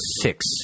six